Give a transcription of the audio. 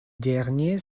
derniers